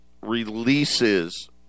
releases